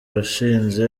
washinze